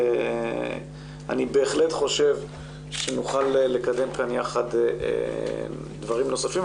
אני בהחלט חושב שנוכל לקדם כאן יחד דברים נוספים.